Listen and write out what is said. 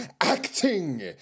acting